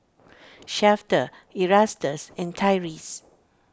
Shafter Erastus and Tyrese